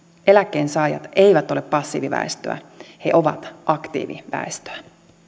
eläkkeensaajat eivät ole passiiviväestöä he ovat aktiiviväestöä